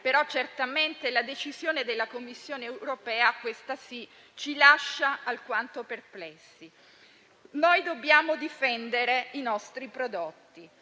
europea, ma la decisione della Commissione europea, questa sì, ci lascia alquanto perplessi. Noi dobbiamo difendere i nostri prodotti.